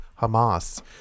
Hamas